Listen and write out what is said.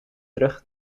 terug